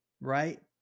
right